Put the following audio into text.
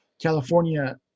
California